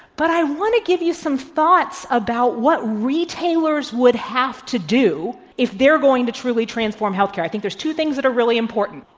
but i want to give you some thoughts about what retailers would have to do if they're going to truly transform healthcare. i think there's two things that are really important.